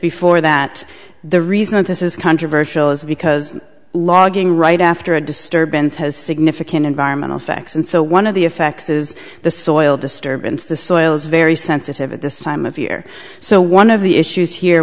before that the reason that this is controversial is because logging right after a disturbance has significant environmental effects and so one of the effects is the soil disturbance the soil is very sensitive at this time of year so one of the issues here